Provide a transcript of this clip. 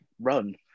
run